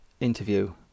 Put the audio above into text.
interview